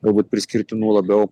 galbūt priskirtinų labiau